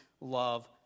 love